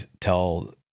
tell